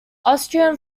austrian